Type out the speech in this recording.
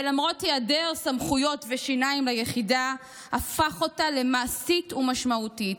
ולמרות היעדר סמכויות ושיניים ליחידה הפך אותה למעשית ומשמעותית,